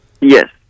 Yes